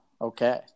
okay